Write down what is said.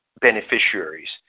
beneficiaries